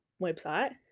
website